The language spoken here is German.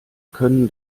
können